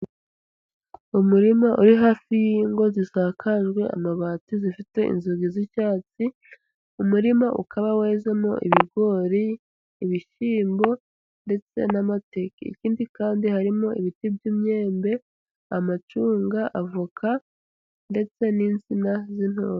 Umurima uri hafi y'ingo zisakajwe amabati zifite inzugi z'icyatsi, umurima ukaba wezemo ibigori, ibishyimbo ndetse n'amateke, ikindi kandi harimo ibiti by'imyembe, amacunga, avoka ndetse n'insina z'intuntu.